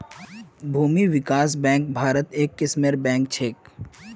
भूमि विकास बैंक भारत्त एक किस्मेर बैंक छेक